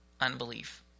unbelief